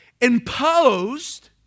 imposed